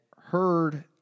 heard